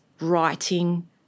writing